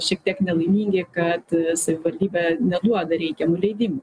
šiek tiek nelaimingi kad savivaldybė neduoda reikiamų leidimų